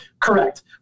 Correct